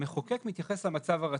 המחוקק מתייחס למצב הרצוי.